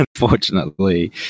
unfortunately